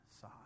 side